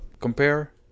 compare